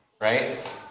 Right